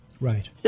Right